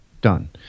Done